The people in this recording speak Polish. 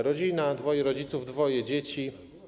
Rodzina, dwoje rodziców, dwoje dzieci.